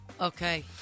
Okay